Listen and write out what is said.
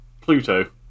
Pluto